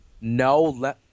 no